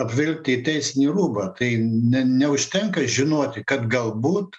apvilkti įteisinį rūbą tai ne neužtenka žinoti kad galbūt